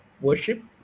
worship